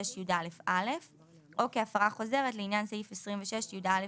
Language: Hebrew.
26יא(א) או כהפרה חוזרת לעניין סעיף 26יא(ב),